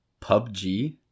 PUBG